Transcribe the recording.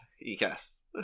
yes